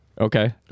Okay